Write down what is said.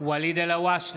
ואליד אלהואשלה,